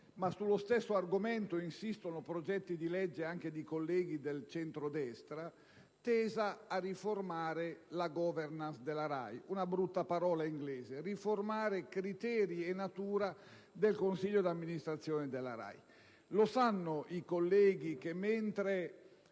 ma sullo stesso argomento insistono progetti di legge anche di colleghi del centrodestra, tesi a riformare la *governance* (una brutta parola inglese) della RAI, cioè a riformare criteri e natura del consiglio di amministrazione di tale ente. Lo sanno i colleghi che mentre